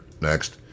Next